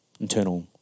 internal